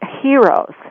heroes